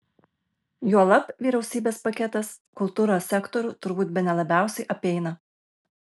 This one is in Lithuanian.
juolab vyriausybės paketas kultūros sektorių turbūt bene labiausiai apeina